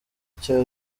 cya